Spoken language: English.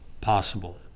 possible